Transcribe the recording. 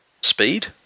speed